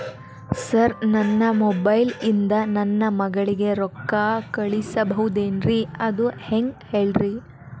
sir ನನ್ನ mobile ಇಂದ ನನ್ನ ಮಗಳಿಗೆ ರೊಕ್ಕಾ ಕಳಿಸಬಹುದೇನ್ರಿ ಅದು ಹೆಂಗ್ ಹೇಳ್ರಿ